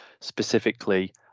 specifically